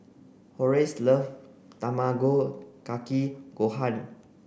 Horace love Tamago Kake Gohan